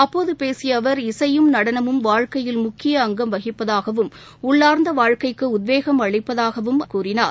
அப்போது பேசிய அவர் இசையும் நடனமும் வாழ்க்கையில் முக்கிய அங்கம் வகிப்பதாகவும் உள்ளார்ந்த வாழ்க்கைக்கு உத்வேகம் அளிப்பதாகவும் கூறினார்